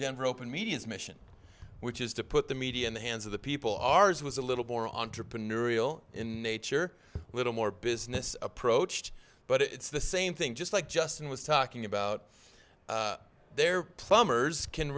denver open media's mission which is to put the media in the hands of the people ours was a little more entrepreneurial in nature little more business approached but it's the same thing just like justin was talking about their plumbers can